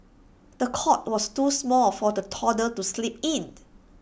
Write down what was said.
the cot was too small for the toddler to sleep in